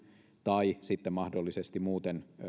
tai sitten mahdollisesti muuten